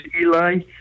Eli